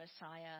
Messiah